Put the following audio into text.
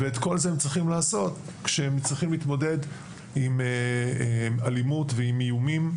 ואת כל זה הם צריכים לעשות כשהם צריכים להתמודד עם אלימות ועם איומים.